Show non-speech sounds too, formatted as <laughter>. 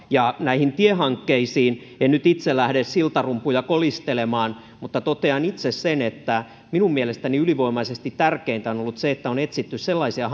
ja näihin tiehankkeisiin en nyt itse lähde siltarumpuja kolistelemaan mutta totean itse sen että minun mielestäni ylivoimaisesti tärkeintä on on ollut se että on etsitty sellaisia <unintelligible>